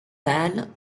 pâle